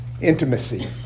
Intimacy